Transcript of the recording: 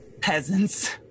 Peasants